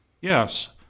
Yes